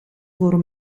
voor